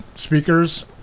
speakers